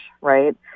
right